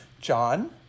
John